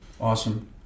Awesome